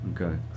okay